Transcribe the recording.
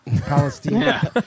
Palestine